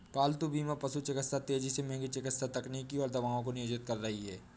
पालतू बीमा पशु चिकित्सा तेजी से महंगी चिकित्सा तकनीकों और दवाओं को नियोजित कर रही है